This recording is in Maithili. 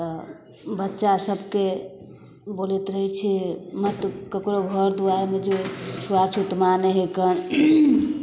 तऽ बच्चासभके बोलैत रहै छिए मत ककरो घर दुआरिमे जो छुआछूत मानै हइ कन